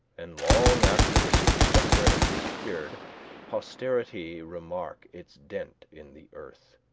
and long after the superstructure has disappeared posterity remark its dent in the earth.